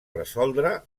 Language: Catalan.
resoldre